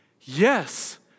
yes